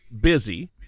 busy